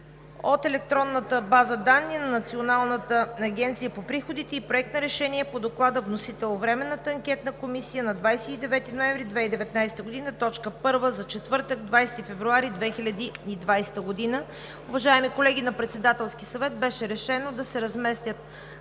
от електронната база данни на Националната агенция по приходите и Проект на Решение по доклада. Вносител – Временната анкетна комисия на 29 ноември 2019 г. – точка първа за четвъртък, 20 февруари 2020 г.“ Уважаеми колеги, на Председателския съвет беше решено да се разместят